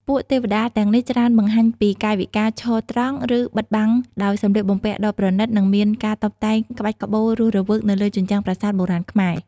ពួកទេវតាទាំងនេះច្រើនបង្ហាញពីកាយវិការឈរត្រង់ ឬបិទបាំងដោយសម្លៀកបំពាក់ដ៏ប្រណីត និងមានការតុបតែងក្បាច់ក្បូររស់រវើកនៅលើជញ្ជាំងប្រាសាទបុរាណខ្មែរ។